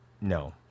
No